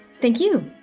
thank you.